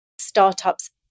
Startups